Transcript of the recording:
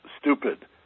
stupid